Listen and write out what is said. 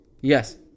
Yes